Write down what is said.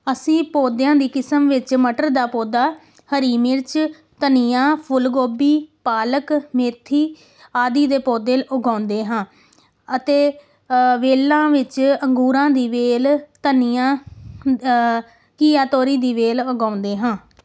ਅਸੀਂ ਪੌਦਿਆਂ ਦੀ ਕਿਸਮ ਵਿੱਚ ਮਟਰ ਦਾ ਪੌਦਾ ਹਰੀ ਮਿਰਚ ਧਨੀਆ ਫੁੱਲ ਗੋਭੀ ਪਾਲਕ ਮੇਥੀ ਆਦਿ ਦੇ ਪੌਦੇ ਉਗਾਉਂਦੇ ਹਾਂ ਅਤੇ ਵੇਲਾਂ ਵਿੱਚ ਅੰਗੂਰਾਂ ਦੀ ਵੇਲ ਧਨੀਆ ਘੀਆ ਤੋਰੀ ਦੀ ਵੇਲ ਉਗਾਉਂਦੇ ਹਾਂ